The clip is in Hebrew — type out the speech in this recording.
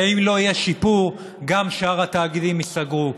ואם לא יהיה שיפור, גם שאר התאגידים ייסגרו.